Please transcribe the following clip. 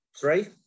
three